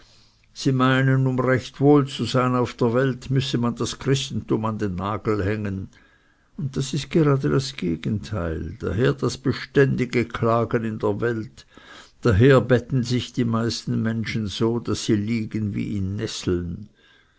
sie meinen um recht wohl zu sein auf der welt müsse man das christentum an den nagel hängen und das ist gerade das gegenteil daher das beständige klagen in der welt daher betten sich die meisten menschen so daß sie liegen wie in nesseln